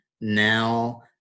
now